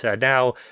Now